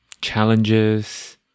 challenges